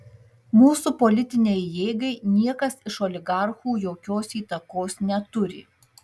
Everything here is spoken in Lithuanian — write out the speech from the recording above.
mūsų politinei jėgai niekas iš oligarchų jokios įtakos neturi